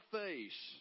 face